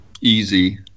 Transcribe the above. easy